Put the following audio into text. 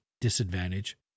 disadvantage